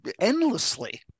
endlessly